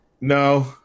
No